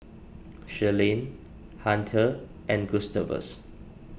Sherilyn Hunter and Gustavus